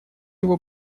его